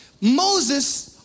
Moses